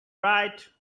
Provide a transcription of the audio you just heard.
bright